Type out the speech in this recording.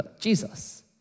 Jesus